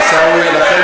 אין הסכמה.